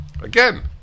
Again